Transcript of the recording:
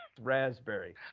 Raspberry